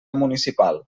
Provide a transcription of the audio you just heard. municipal